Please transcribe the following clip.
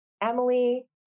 Emily